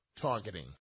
targeting